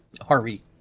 Harvey